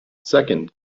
second